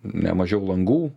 ne mažiau langų